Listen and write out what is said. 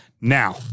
Now